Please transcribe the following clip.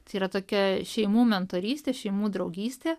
tai yra tokia šeimų mentorystė šeimų draugystė